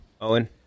Owen